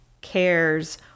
cares